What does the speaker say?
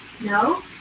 No